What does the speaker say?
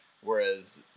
Whereas